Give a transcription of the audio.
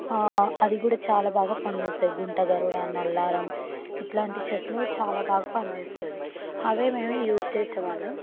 అది కూడా చాలా బాగా పనిచేస్తాయి గుంట గరుడ నల్లారం ఇట్లాంటి చెట్లు చాలా బాగా పనిచేస్తుంది అవే మేము యూజ్ చేసేవాళ్ళం